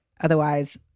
Otherwise